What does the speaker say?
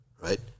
right